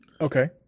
okay